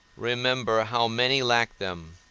remember how many lack them,